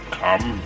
come